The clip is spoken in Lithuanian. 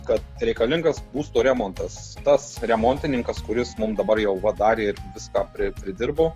kad reikalingas būsto remontas tas remontininkas kuris mum dabar jau padarė viską pri pridirbo